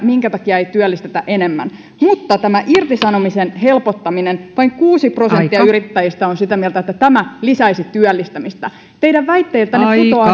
minkä takia ei työllistetä enemmän mutta tästä irtisanomisen helpottamisesta vain kuusi prosenttia yrittäjistä on sitä mieltä että tämä lisäisi työllistämistä teidän väitteeltänne putoaa siis